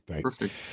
Perfect